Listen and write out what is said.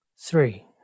Three